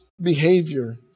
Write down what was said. behavior